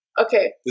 Okay